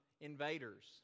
invaders